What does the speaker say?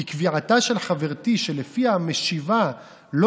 כי קביעתה של חברתי שלפיה המשיבה לא